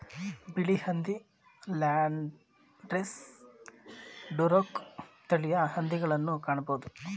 ಬಿಳಿ ಹಂದಿ, Landrace, Duroc ತಳಿಯ ಹಂದಿಗಳನ್ನು ಕಾಣಬೋದು